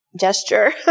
gesture